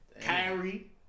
Kyrie